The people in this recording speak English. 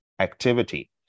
activity